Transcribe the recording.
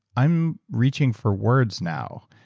i'm reaching for words now.